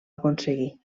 aconseguir